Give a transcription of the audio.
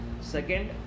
second